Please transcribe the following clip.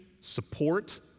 support